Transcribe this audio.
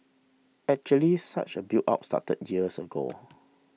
actually such a buildup started years ago